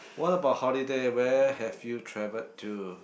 what about holiday where have you travelled to